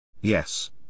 Yes